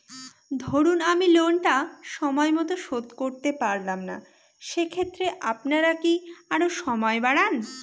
ধরুন আমি লোনটা সময় মত শোধ করতে পারলাম না সেক্ষেত্রে আপনার কি আরো সময় বাড়ান?